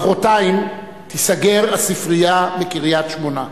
מחרתיים תיסגר הספרייה בקריית-שמונה,